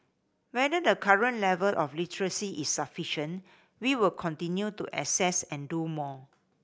whether the current level of literacy is sufficient we will continue to assess and do more